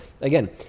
again